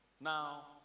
Now